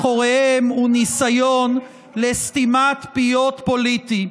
שהדבר היחיד שיש מאחוריהם הוא ניסיון לסתימת פיות פוליטית,